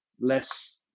less